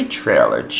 trailer